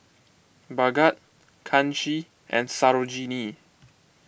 Bhagat Kanshi and Sarojini